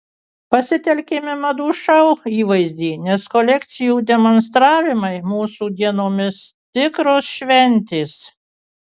pasitelkėme madų šou įvaizdį nes kolekcijų demonstravimai mūsų dienomis tikros šventės